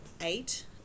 eight